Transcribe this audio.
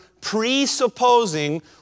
presupposing